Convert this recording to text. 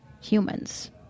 humans